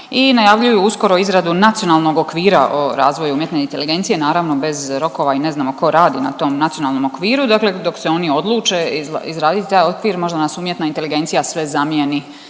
i najavljuju uskoro izradu nacionalnog okvira o razvoju umjetne inteligencije naravno bez rokova i ne znamo tko radi na tom nacionalnom okviru. Dakle dok se oni odluče izraditi taj okvir možda nas umjetna inteligencija sve zamjeni